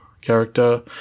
character